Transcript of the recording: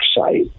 site